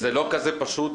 זה לא כזה פשוט.